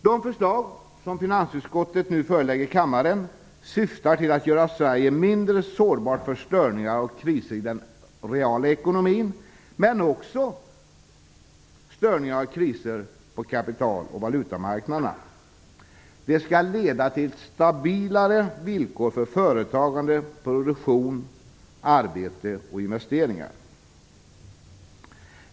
De förslag som finansutskottet nu förelägger kammaren syftar till att göra Sverige mindre sårbart för störningar och kriser inom den reala ekonomin, men också för störningar och kriser på kapital och valutamarknaderna. Det skall leda till stabilare villkor för företagande, produktion, arbete och investeringar.